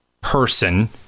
person